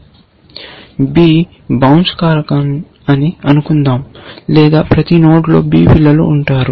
కాబట్టి B బౌన్స్ కారకం అని అనుకుందాం లేదా ప్రతి నోడ్లో B చైల్డ్ నోడ్స్ఉంటారు